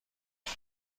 رود